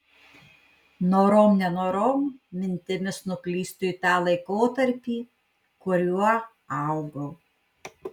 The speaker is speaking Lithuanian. norom nenorom mintimis nuklystu į tą laikotarpį kuriuo augau